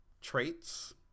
traits